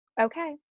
Okay